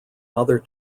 mother